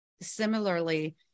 similarly